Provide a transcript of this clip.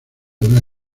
una